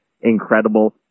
incredible